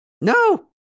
no